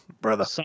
brother